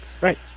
right